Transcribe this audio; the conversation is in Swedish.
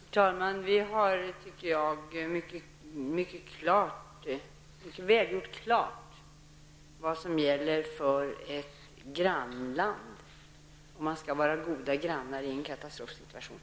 Herr talman! Jag tycker att regeringen har gjort klart vad som gäller för ett grannland, dvs. att man skall vara goda grannar i en katastrofsituation.